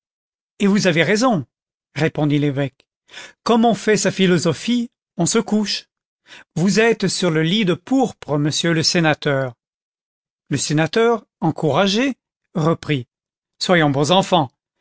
et vous avez raison répondit l'évêque comme on fait sa philosophie on se couche vous êtes sur le lit de pourpre monsieur le sénateur le sénateur encouragé reprit soyons bons enfants